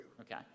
Okay